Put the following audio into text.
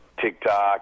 TikTok